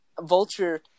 Vulture